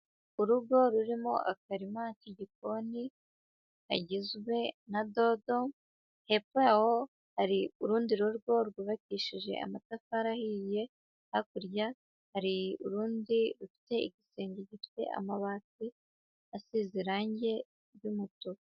Urugo rurimo akarima k'igikoni kagizwe na dodo, hepfo yaho hari urundi rugo rwubakishije amatafari ahiye; hakurya hari urundi rufite igisenge gifite amabati asize irangi ry'umutuku.